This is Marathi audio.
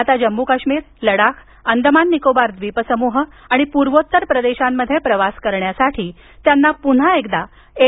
आता जम्मू काश्मीर लडाख अंदमान निकोबार द्वीपसमूह आणि पूर्वोत्तर प्रदेशांमध्ये प्रवास करण्यासाठी त्यांना पुन्हा एल